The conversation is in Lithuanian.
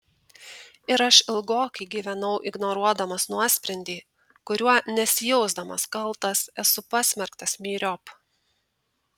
ir aš ilgokai gyvenau ignoruodamas nuosprendį kuriuo nesijausdamas kaltas esu pasmerktas myriop